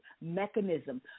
mechanism